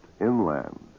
inland